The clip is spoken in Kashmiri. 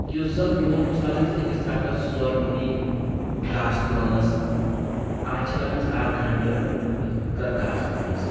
یُس زن برٛونٛٹھ اوس لگان اسہِ أکِس ترکس زٕ ژور مٔہنی گاسہٕ لونٕنس آز چھِ لگان اسہِ اکھ گنٛٹہٕ کتھ گاسہٕ لونٕنس